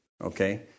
okay